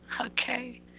Okay